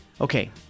Okay